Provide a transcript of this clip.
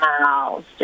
miles